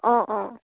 অঁ অঁ